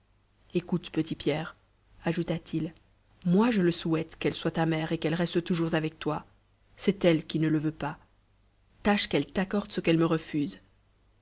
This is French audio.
ecoute petit pierre ajouta-t-il moi je le souhaite qu'elle soit ta mère et qu'elle reste toujours avec toi c'est elle qui ne le veut pas tâche qu'elle raccorde ce qu'elle me refuse